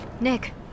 Nick